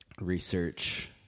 research